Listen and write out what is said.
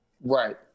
Right